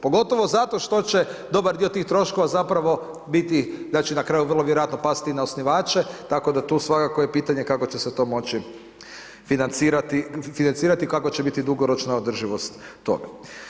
Pogotovo zato što će dobar dio tih troškova zapravo biti znači na kraju vrlo vjerojatno pasti i na osnivače tako da tu svakako je pitanje kako će se to moći financirati, kakva će biti dugoročno održivost toga.